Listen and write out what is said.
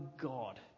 God